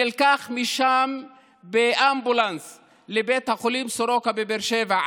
הוא נלקח משם באמבולנס לבית החולים סורוקה בבאר שבע,